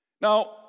Now